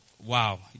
Wow